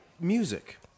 music